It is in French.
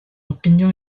opinion